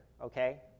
okay